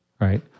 right